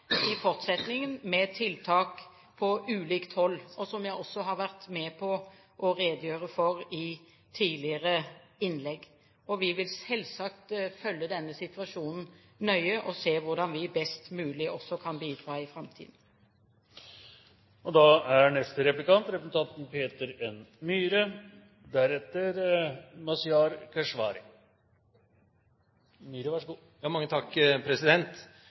også bidra med tiltak på ulikt hold, som jeg også har vært med på å redegjøre for i tidligere innlegg. Og vi vil selvsagt følge denne situasjonen nøye og se hvordan vi best mulig kan bidra også i framtiden. Alle de som er